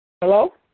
Hello